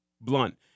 Blunt